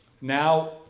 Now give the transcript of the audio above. Now